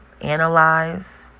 Analyze